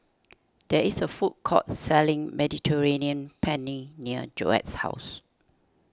there is a food court selling Mediterranean Penne near Joette's house